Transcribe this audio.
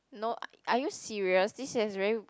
no ar~ are you serious this has very